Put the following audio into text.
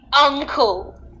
uncle